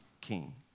king